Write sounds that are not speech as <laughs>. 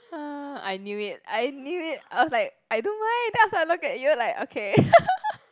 uh I knew it I knew it I was like I don't mind then after that I look at you like okay <laughs>